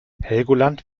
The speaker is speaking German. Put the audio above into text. helgoland